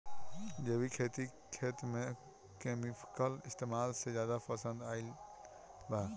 जैविक खेती खेत में केमिकल इस्तेमाल से ज्यादा पसंद कईल जाला